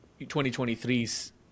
2023's